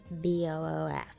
B-O-O-F